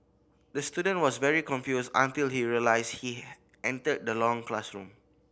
the student was very confused until he realised he entered the long classroom